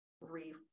re